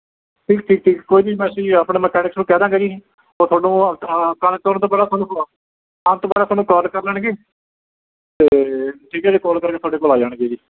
ਠੀਕ ਠੀਕ ਠੀਕ ਕੋਈ ਨਹੀਂ ਅਸੀਂ ਆਪਣੇ ਮਕੈਨਿਕ ਨੂੰ ਕਹਿ ਦਾਂਗੇ ਜੀ ਉਹ ਤੁਹਾਨੂੰ ਤੁਰਨ ਤੋਂ ਪਹਿਲਾਂ ਤੁਹਾਨੂੰ ਕਾਲ ਆਉਣ ਤੋਂ ਪਹਿਲਾਂ ਤੁਹਾਨੂੰ ਕਾਲ ਕਰ ਲੈਣਗੇ ਅਤੇ ਠੀਕ ਹੈ ਜੀ ਕਾਲ ਕਰਕੇ ਤੁਹਾਡੇ ਕੋਲ ਆ ਜਾਣਗੇ ਜੀ